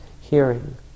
hearing